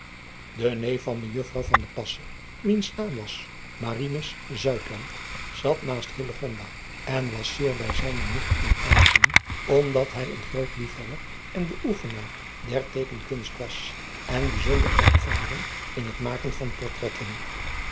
e eef van ejuffrouw wiens naam was zat naast en was zeer bij zijne nicht in aanzien omdat hij een groot lief hebber en beoefenaar der eekenkunst was en bijzonder ervaren in het maken van portraiten